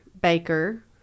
baker